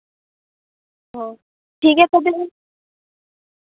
ᱚ ᱴᱷᱤᱠ ᱜᱮᱭᱟ ᱛᱚᱵᱮ